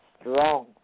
strong